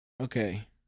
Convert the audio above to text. Okay